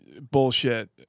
bullshit